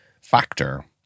factor